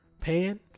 Pan